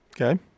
Okay